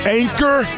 anchor